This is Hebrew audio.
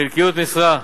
חלקיות משרה,